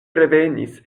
revenis